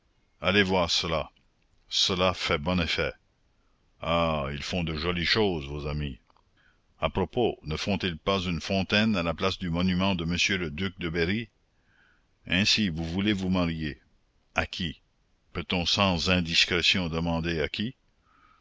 allez voir cela cela fait bon effet ah ils font de jolies choses vos amis à propos ne font-ils pas une fontaine à la place du monument de m le duc de berry ainsi vous voulez vous marier à qui peut-on sans indiscrétion demander à qui